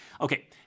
Okay